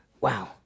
Wow